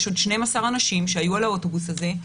עוד 12 אנשים שהיו על האוטובוס הזה,